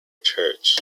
church